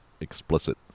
explicit